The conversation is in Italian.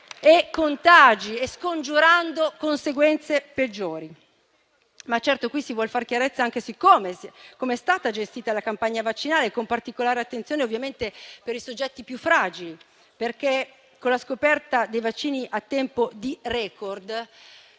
e contagi e scongiurando conseguenze peggiori. Ma certo qui si vuol far chiarezza anche su come è stata gestita la campagna vaccinale, con particolare attenzione, ovviamente, per i soggetti più fragili, perché con la scoperta dei vaccini a tempo di record